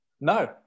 no